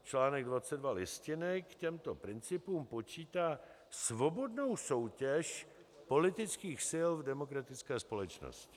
Článek 22 Listiny k těmto principům počítá svobodnou soutěž politických sil v demokratické společnosti.